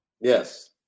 Yes